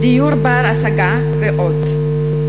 דיור בר-השגה ועוד.